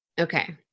Okay